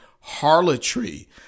harlotry